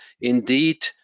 indeed